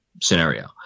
scenario